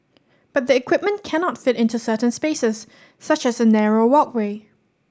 but the equipment cannot fit into certain spaces such as a narrow walkway